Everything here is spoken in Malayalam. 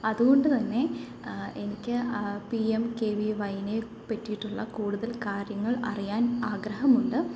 അതുകൊണ്ട് തന്നെ എനിക്ക് P M K V Y നെ പറ്റിയിട്ടുള്ള കൂടുതൽ കാര്യങ്ങൾ അറിയാൻ ആഗ്രഹമുണ്ട്